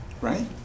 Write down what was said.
right